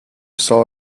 saw